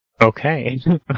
Okay